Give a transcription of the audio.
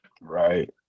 right